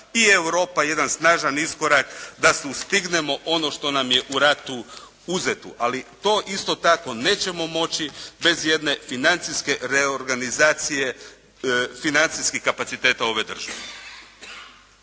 i Europa i jedan snažan iskorak da sustignemo ono što nam je u ratu uzeto. Ali to isto tako nećemo moći bez jedne financijske reorganizacije financijskih kapaciteta ove države.